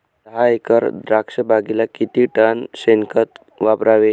दहा एकर द्राक्षबागेला किती टन शेणखत वापरावे?